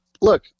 look